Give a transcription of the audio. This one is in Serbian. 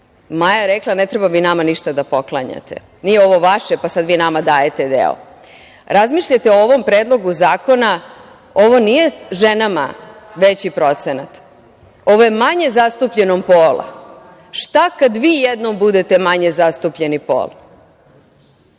Maja je rekla – ne treba vi nama ništa da poklanjate, nije ovo vaše, pa sad vi nama dajete deo. Razmišljajte o ovom Predlogu zakona, ovo nije ženama veći procenat, ovo je manje zastupljenog pola. Šta kad vi jednom budete manje zastupljeni pol?